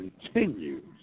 continues